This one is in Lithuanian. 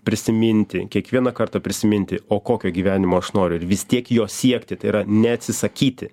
prisiminti kiekvieną kartą prisiminti o kokio gyvenimo aš noriu ir vis tiek jo siekti tai yra neatsisakyti